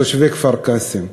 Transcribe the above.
תושבי כפר-קאסם,